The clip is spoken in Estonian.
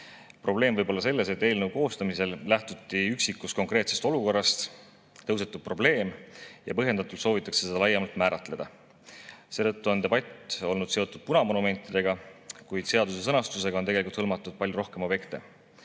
Probleem võib olla selles, et eelnõu koostamisel lähtuti üksikust konkreetsest olukorrast, tõusetub probleem ja põhjendatult soovitakse seda laiemalt määratleda. Seetõttu on debatt olnud seotud punamonumentidega, kuid seaduse sõnastusega on tegelikult hõlmatud palju rohkem objekte.